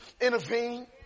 intervene